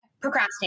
procrastinate